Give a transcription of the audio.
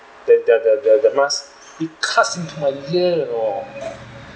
the the the the the the mask it cuts into my ear you know